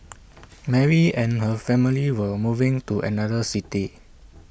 Mary and her family were moving to another city